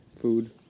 Food